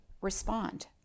respond